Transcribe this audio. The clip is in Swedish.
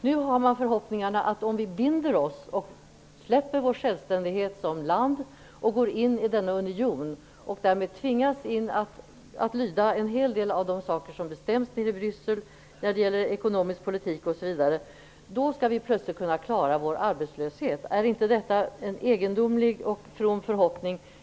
Nu har man förhoppningar om att vi plötsligt skall kunna klara vår arbetslöshet om vi binder oss, släpper vår självständighet som land, går in i denna union och därmed tvingas att lyda en hel del av de saker som bestäms nere i Bryssel när det gäller ekonomisk politik osv. Är inte detta en egendomlig och from förhoppning?